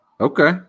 Okay